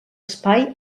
espai